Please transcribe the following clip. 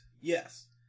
Yes